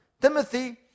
Timothy